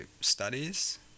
studies